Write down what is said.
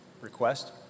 request